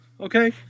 okay